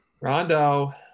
Rondo